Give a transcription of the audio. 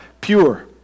pure